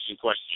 question